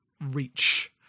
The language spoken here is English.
reach